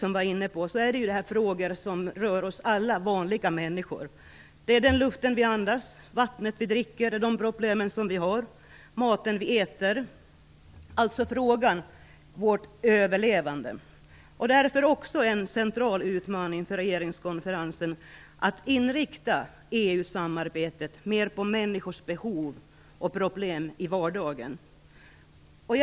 Som Eva Eriksson sade är det här frågor som rör oss alla, vanliga människor. Det handlar om luften vi andas, vattnet vi dricker, maten vi äter och de problem vi har, dvs. det handlar om vår överlevnad. Därför är också en central utmaning för regeringskonferensen att inrikta EU-samarbetet mer på människors behov och problem i vardagen.